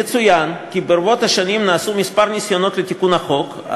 יצוין כי ברבות השנים נעשו כמה ניסיונות לתיקון החוק,